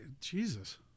Jesus